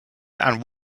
and